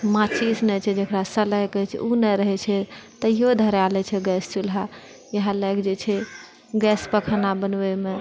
माचिस नहि छै जेकरा सलाइ कहैत छै ओ नहि छै ताहिओ धरा लैत छै गैस चुल्हा इएह लकऽ जे छै गैस पर खाना बनबयमे